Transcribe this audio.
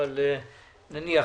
אבל נניח.